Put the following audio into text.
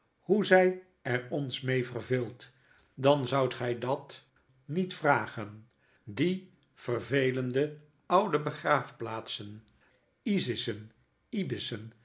hoe zij er ons mee verveelt dan zoudt gy dat niet vragen die vervelende oude begraafplaatsen isissen